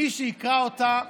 מי שיקרא אותה,